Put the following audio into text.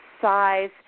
size